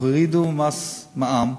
הורידו מע"מ,